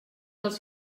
dels